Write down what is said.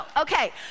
Okay